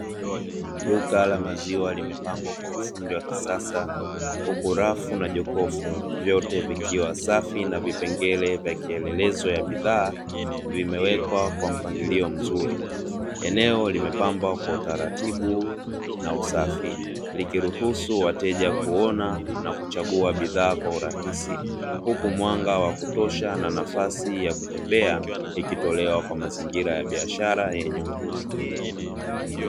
Duka la maziwa limepangwa kwa ufundi wa kisasa huku rafu na jokofu vyote vikiwa safi na vipengele vya vielelezo vya bidhaa vimewekwa kwa mpangilio mzuri. Eneo limepambwa kwa utaratibu na usafi likiruhusu wateja kuona na kuchaagua bidhaa kwa urahisi huku mwanga wa kutosha na nafsi ya kutembea ikitolewa kwa mazingira ya biashara yenye mvuto.